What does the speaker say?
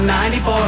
94